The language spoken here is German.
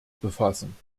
befassen